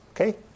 Okay